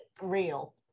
real